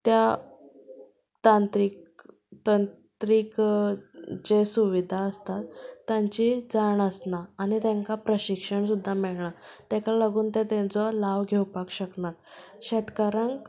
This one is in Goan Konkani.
त्या तंत्रीक तंत्रीक जी सुविधा आसता तांची जाण आसना आनी तांकां प्रशिक्षण सुद्दां मेळना ताका लागून ते तांचो लाव घेवपाक शकनात शेतकारांक